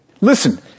Listen